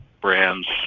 brands